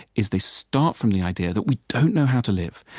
is they start from the idea that we don't know how to live,